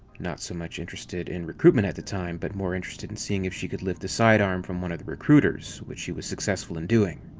not so much interested in recruitment at the time, but more interested in seeing if she could lift the sidearm from one of the recruiters, which she was successful in doing.